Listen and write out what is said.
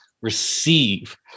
receive